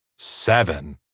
seven.